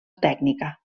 tècnica